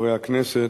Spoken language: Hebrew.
חברי הכנסת,